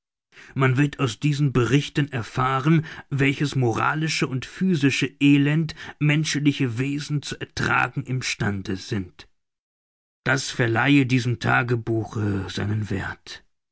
man wird aus diesen berichten erfahren welches moralische und physische elend menschliche wesen zu ertragen im stande sind das verleihe diesem tagebuche seinen werth